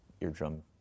eardrum